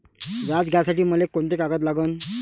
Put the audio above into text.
व्याज घ्यासाठी मले कोंते कागद लागन?